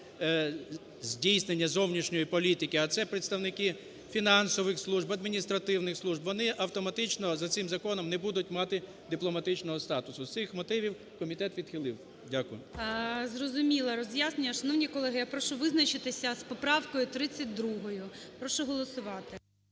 здійснення зовнішньої політики, а це представники фінансових служб, адміністративних служб, вони автоматично за цим законом не будуть мати дипломатичного статусу, з цих мотивів комітет відхилив. Дякую. ГОЛОВУЮЧИЙ. Зрозуміло роз'яснення. Шановні колеги, я прошу визначитися з поправкою 32. Прошу голосувати.